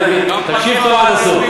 תקשיב טוב עד הסוף.